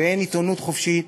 ואין עיתונות חופשית